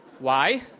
why?